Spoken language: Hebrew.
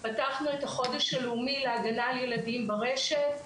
פתחנו את החודש הלאומי להגנה על ילדים ברשת,